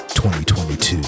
2022